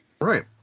Right